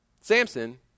Samson